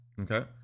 Okay